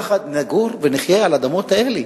יחד נגור ונחיה על האדמות האלה,